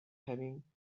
having